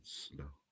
slow